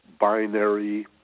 binary